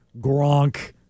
Gronk